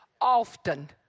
often